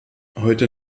heute